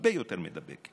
הרבה יותר מידבק,